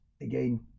again